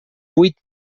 vuit